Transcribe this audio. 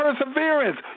perseverance